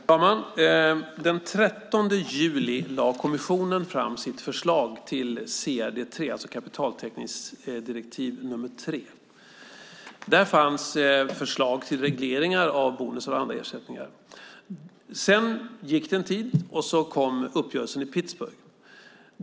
Fru talman! Den 13 juli lade kommissionen fram sitt förslag till CRD 3, kapitaltäckningsdirektiv nr 3. Där fanns förslag till regleringar av bonusar och andra ersättningar. Sedan gick det en tid, och så kom uppgörelsen i Pittsburgh.